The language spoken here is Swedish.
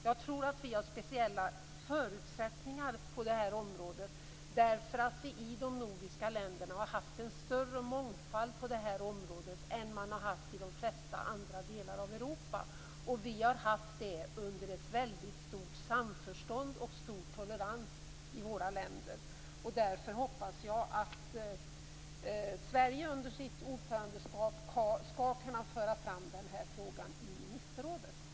Jag tror att vi har speciella förutsättningar på det här området, eftersom vi i de nordiska länderna i det här sammanhanget har haft en större mångfald än vad man har haft i de flesta andra delarna av Europa. Vi har haft det under ett väldigt stort samförstånd och en stor tolerans i våra länder. Därför hoppas jag att Sverige under sitt ordförandeskap skall kunna föra fram den här frågan i ministerrådet.